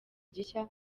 gishya